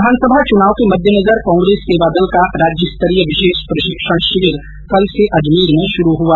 विधानसभा चुनाव के मददेनजर कांग्रेस सेवादल का राज्यस्तरीय विशेष प्रशिक्षण शिविर कल से अजमेर में शुरू हुआ